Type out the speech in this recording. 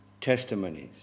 testimonies